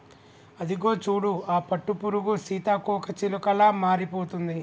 అదిగో చూడు ఆ పట్టుపురుగు సీతాకోకచిలుకలా మారిపోతుంది